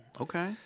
Okay